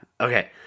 Okay